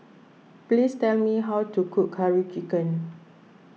please tell me how to cook Curry Chicken